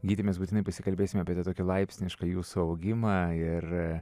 gyti mes būtinai pasikalbėsime apie tą tokį laipsnišką jūsų augimą ir